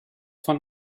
von